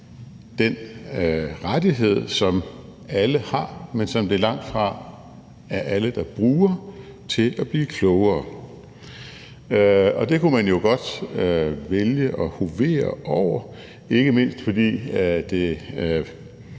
den rettighed, som alle har, men som det langtfra er alle der bruger, nemlig at blive klogere. Og det kunne man jo godt vælge at hovere over, ikke mindst fordi